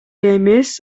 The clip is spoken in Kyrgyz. эмес